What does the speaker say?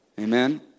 Amen